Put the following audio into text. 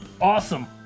Awesome